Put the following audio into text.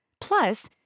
Plus